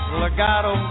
legato